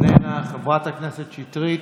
איננה, חברת הכנסת שטרית,